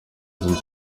zimwe